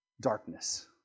Darkness